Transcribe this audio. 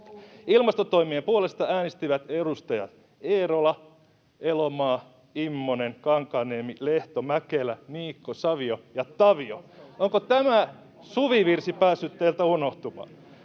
Ilmastotoimien puolesta äänestivät edustajat Eerola, Elomaa, Immonen, Kankaanniemi, Lehto, Mäkelä, Niikko, Savio ja Tavio. Onko tämä suvivirsi päässyt teiltä unohtumaan?